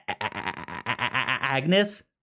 Agnes